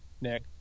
Nick